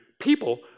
people